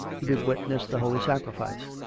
he would witness the holy sacrifice.